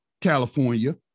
California